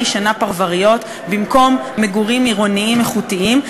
שינה פרבריות במקום מגורים עירוניים איכותיים.